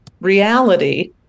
reality